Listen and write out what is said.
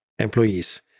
employees